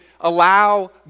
allow